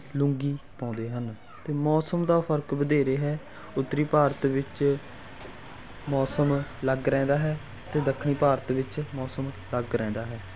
ਲੂੰਗੀ ਪਾਉਂਦੇ ਹਨ ਅਤੇ ਮੌਸਮ ਦਾ ਫਰਕ ਵਧੇਰੇ ਹੈ ਉੱਤਰੀ ਭਾਰਤ ਵਿੱਚ ਮੌਸਮ ਅਲੱਗ ਰਹਿੰਦਾ ਹੈ ਅਤੇ ਦੱਖਣੀ ਭਾਰਤ ਵਿੱਚ ਮੌਸਮ ਅਲੱਗ ਰਹਿੰਦਾ ਹੈ